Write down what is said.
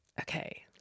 Okay